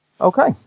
Okay